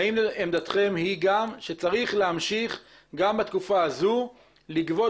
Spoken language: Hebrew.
האם עמדתכם היא שצריך להמשיך גם בתקופה הזאת לגבות